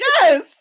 Yes